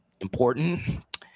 important